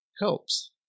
helps